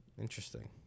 Interesting